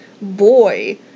Boy